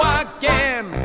again